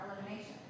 elimination